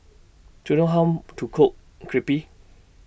Do YOU know How to Cook Crepe